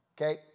okay